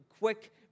quick